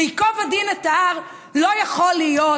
וייקוב הדין את ההר לא יכול להיות